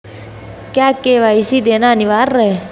क्या के.वाई.सी देना अनिवार्य है?